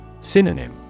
Synonym